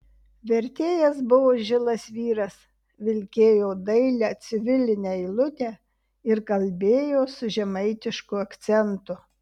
vertėjas buvo žilas vyras vilkėjo dailią civilinę eilutę ir kalbėjo su žemaitišku akcentu